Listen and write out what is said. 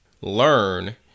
learn